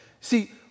See